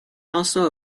also